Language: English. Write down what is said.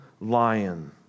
lion